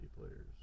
Players